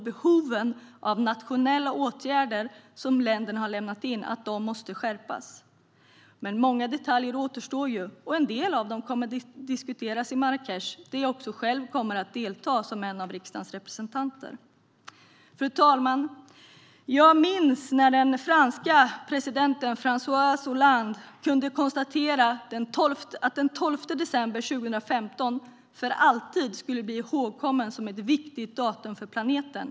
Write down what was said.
Ländernas nationella åtgärder måste skärpas. Men många detaljer återstår. En del av dem kommer att diskuteras i Marrakech, där jag själv kommer att delta som en av riksdagens representanter. Fru talman! Jag minns när Frankrikes president François Hollande kunde konstatera att den 12 december 2015 för alltid skulle bli ihågkommet som ett viktigt datum för planeten.